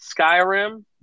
Skyrim